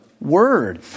word